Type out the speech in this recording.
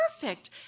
perfect